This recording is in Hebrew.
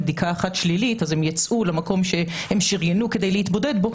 בדיקה אחת שלילית אז הם ייצאו למקום שהם שריינו כדי להתבודד בו,